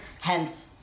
Hence